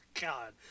god